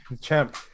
champ